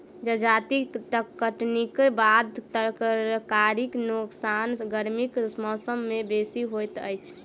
जजाति कटनीक बाद तरकारीक नोकसान गर्मीक मौसम मे बेसी होइत अछि